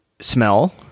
smell